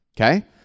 Okay